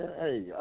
Hey